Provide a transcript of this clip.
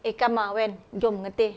eh come ah when jom nanti